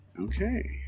Okay